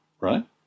right